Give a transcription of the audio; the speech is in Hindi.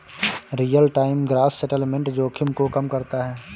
रीयल टाइम ग्रॉस सेटलमेंट जोखिम को कम करता है